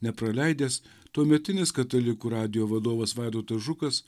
nepraleidęs tuometinis katalikų radijo vadovas vaidotas žukas